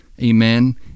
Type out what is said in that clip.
amen